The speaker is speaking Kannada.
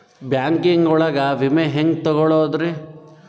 ಬ್ಯಾಂಕಿಂಗ್ ಒಳಗ ವಿಮೆ ಹೆಂಗ್ ತೊಗೊಳೋದ್ರಿ?